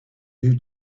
new